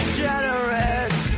generous